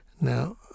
Now